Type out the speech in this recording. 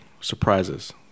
surprises